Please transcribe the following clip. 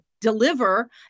deliver